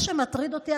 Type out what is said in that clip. מה שמטריד אותי,